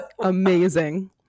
Amazing